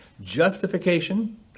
justification